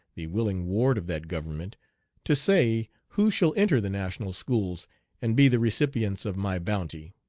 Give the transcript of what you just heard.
the willing ward of that government to say who shall enter the national schools and be the recipients of my bounty.